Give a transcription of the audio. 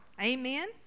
Amen